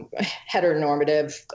heteronormative